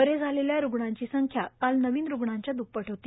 बरे झालेल्या रुग्णांची संख्या काल नवीन रुग्णांच्या दप्पट होती